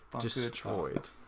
destroyed